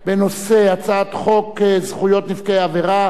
אני קובע שהצעת החוק תועבר לוועדת החוקה,